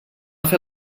fer